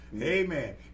Amen